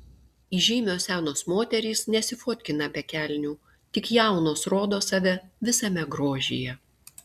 įžymios senos moterys nesifotkina be kelnių tik jaunos rodo save visame grožyje